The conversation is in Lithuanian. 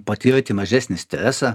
patirti mažesnį stresą